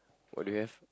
what do you have